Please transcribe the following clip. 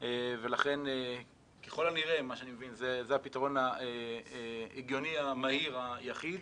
ולכן ככל הנראה זה הפתרון ההגיוני המהיר היחיד,